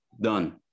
done